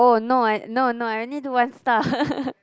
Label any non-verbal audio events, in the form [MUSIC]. oh no I no no I only do one star [LAUGHS]